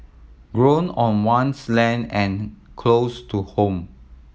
grown on one's land and close to home